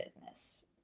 business